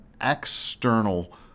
external